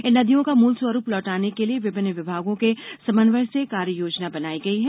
इन नदियों का मूल स्वरूप लौटाने के लिए विभिन्न विभागों के समन्वय से कार्य योजना बनाई गई है